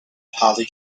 holly